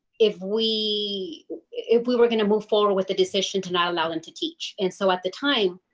if we if we were going to move forward with the decision to not allow them to teach. and so at the time,